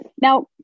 Now